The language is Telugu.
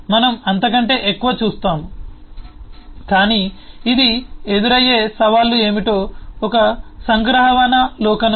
మనం అంతకంటే ఎక్కువ చూస్తాము కాని ఇది ఎదురయ్యే సవాళ్లు ఏమిటో ఒక సంగ్రహావలోకనం